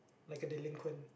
like a delinquent